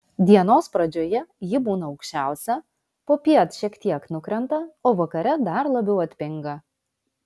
dienos pradžioje ji būna aukščiausia popiet šiek tiek nukrenta o vakare dar labiau atpinga